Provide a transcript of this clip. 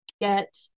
get